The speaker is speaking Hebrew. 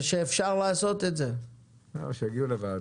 שיגיעו לוועדה.